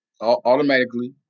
automatically